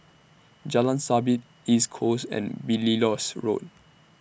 Jalan Sabit East Coast and Belilios Road